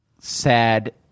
sad